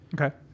Okay